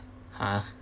!huh!